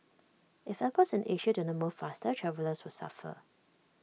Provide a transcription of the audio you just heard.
if airports in Asia do not move faster travellers will suffer